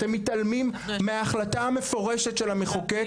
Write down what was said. אתם מתעלמים מההחלטה המפורשת של המחוקק.